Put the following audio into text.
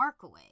Markaway